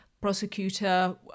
prosecutor